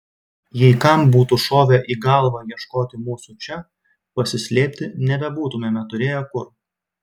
jei kam būtų šovę į galvą ieškoti mūsų čia pasislėpti nebebūtumėme turėję kur